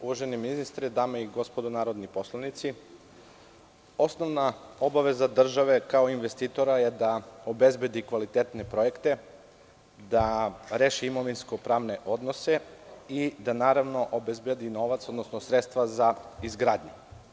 Uvaženi ministre, dame i gospodo narodni poslanici, osnovna obaveza države kao investitora jeste da obezbedi kvalitetne projekte, da reši imovinsko-pravne odnose i da obezbedi novac, odnosno sredstva za izgradnju.